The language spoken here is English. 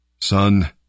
Son